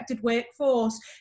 workforce